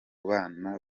bana